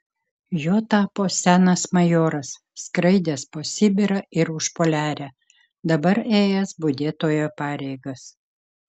juo tapo senas majoras skraidęs po sibirą ir užpoliarę dabar ėjęs budėtojo pareigas